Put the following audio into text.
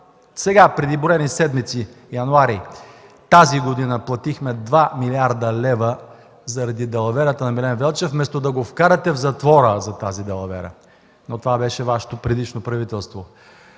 сега, преди броени седмици – януари тази година, платихме 2 млрд. лв. заради далаверите на Милен Велчев, вместо да го вкарате в затвора за тази далавера, но това беше Вашето предишно правителство;